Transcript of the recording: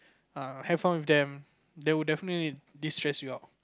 err have fun with them they will definitely de stress you out